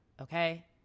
okay